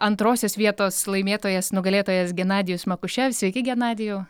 antrosios vietos laimėtojas nugalėtojas genadijus makušev sveiki genadijau